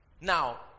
Now